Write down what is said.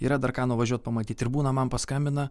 yra dar ką nuvažiuot pamatyt ir būna man paskambina